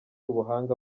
ubuhanga